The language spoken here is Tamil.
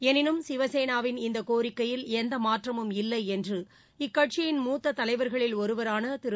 எனினும் சிவசேனாவின் இந்த கோரிக்கையில் எந்த மாற்றமும் இல்லை என்று இக்கட்சியின் மூத்த தலைவர்களில் ஒருவரான திரு